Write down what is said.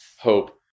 hope